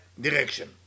direction